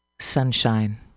Sunshine